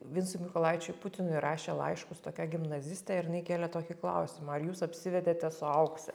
vincui mykolaičiui putinui rašė laiškus tokia gimnazistė ir jinai kėlė tokį klausimą ar jūs apsivedėte su aukse